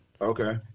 Okay